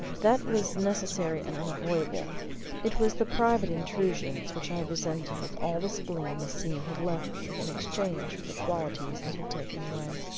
that was necessary and unavoidable it was the private intrusions which i resented with all the spleen the sea had left me in exchange for the qualities it had taken away.